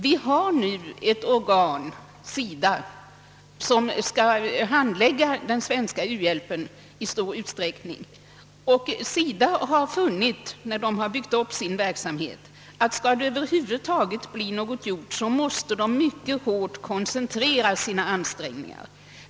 SIDA, det organ som skall handlägga den svenska u-hjälpen har vid planerandet av sin verksamhet funnit att man, om det över huvud taget skall bli någonting gjort, måste starkt koncentrera sina ansträngningar.